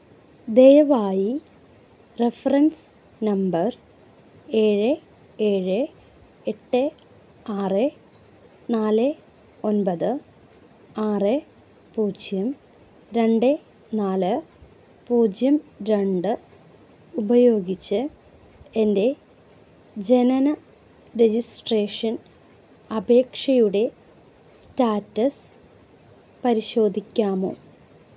ദയവായി reference number ഏഴ് ഏഴ് എട്ട് ആറ് നാല് ഒന്പത് ആറ് പൂജ്യം രണ്ട് നാല് പൂജ്യം രണ്ട് ഉപയോഗിച്ച് എന്റെ ജനന രജിസ്ട്രേഷൻ അപേക്ഷയുടെ സ്റ്റാറ്റസ് പരിശോധിക്കാമോ